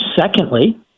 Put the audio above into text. Secondly